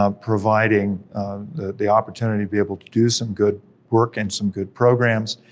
um providing the the opportunity to be able to do some good work, and some good programs,